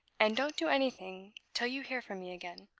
and don't do anything till you hear from me again.